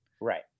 Right